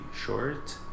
short